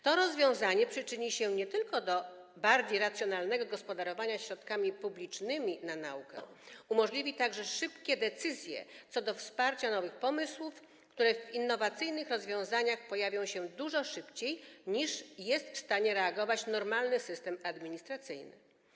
To rozwiązanie przyczyni się nie tylko do bardziej racjonalnego gospodarowania środkami publicznymi na naukę, umożliwi także szybkie decyzje co do wsparcia nowych pomysłów, które w innowacyjnych rozwiązaniach pojawią się dużo szybciej, niż jest w stanie reagować normalny system administracyjny.